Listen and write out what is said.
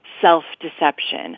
self-deception